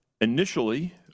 Initially